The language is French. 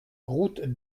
route